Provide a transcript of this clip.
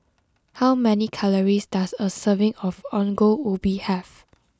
how many calories does a serving of Ongol Ubi have